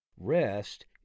Rest